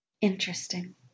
Interesting